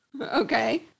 Okay